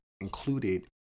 included